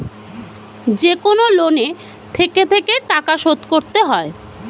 যেকনো লোনে থেকে থেকে টাকা শোধ করতে হয়